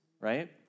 right